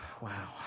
wow